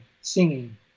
Singing